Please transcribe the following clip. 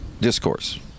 discourse